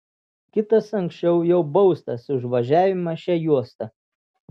kitas anksčiau jau baustas už važiavimą šia juosta